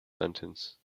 sentence